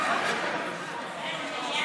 (קוראת בשמות חברי